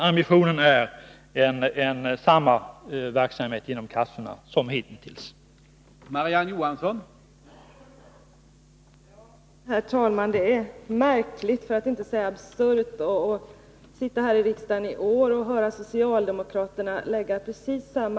Ambitionen är, som jag sade, att upprätthålla samma verksamhet som hittills vid kassorna.